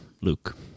luke